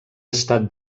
estat